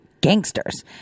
gangsters